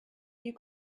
you